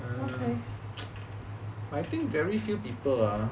err I think very few people ah